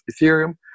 Ethereum